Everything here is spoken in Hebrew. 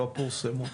לא פורסמו.